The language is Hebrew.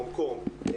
הונג-קונג,